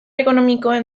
ekonomikoen